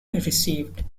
received